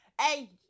hey